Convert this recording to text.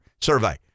survey